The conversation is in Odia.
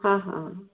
ହଁ ହଁ